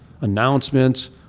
announcements